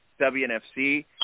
WNFC